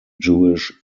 jewish